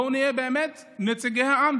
בואו נהיה באמת נציגי העם